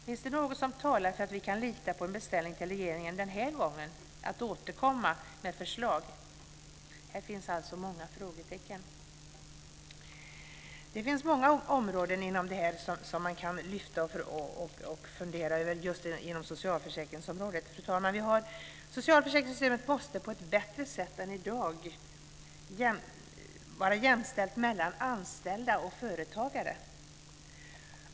Finns det något som talar för att vi den här gången kan lita på en beställning till regeringen att återkomma med förslag? Här finns alltså många frågetecken. Det finns många områden som kan lyftas fram inom socialförsäkringsområdet, fru talman. Socialförsäkringarna måste på ett bättre sätt än i dag vara jämlika mellan anställda och företagare.